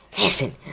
Listen